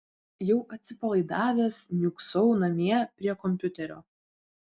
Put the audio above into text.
jau atsipalaidavęs niūksau namie prie kompiuterio